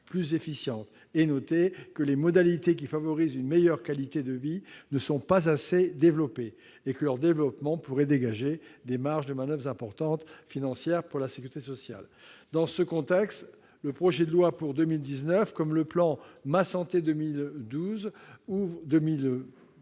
plus efficientes » et notait que « les modalités qui favorisent une meilleure qualité de vie ne sont pas assez développées » et que leur développement pourrait dégager des marges de manoeuvre financières importantes pour la sécurité sociale. Dans ce contexte, le projet de loi de financement de la sécurité sociale pour 2019,